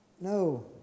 No